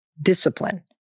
discipline